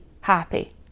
happy